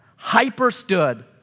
hyperstood